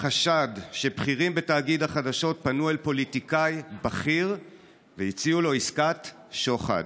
החשד שבכירים בתאגיד החדשות פנו אל פוליטיקאי בכיר והציעו לו עסקת שוחד.